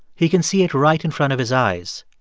he can see it right in front of his eyes.